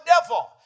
devil